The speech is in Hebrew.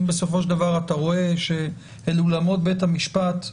אם בסופו של דבר אתה רואה שאל אולמות בית המשפט,